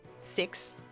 Six